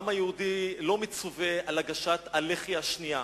העם היהודי לא מצווה על הגשת הלחי השנייה.